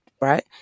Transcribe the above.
right